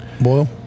Boil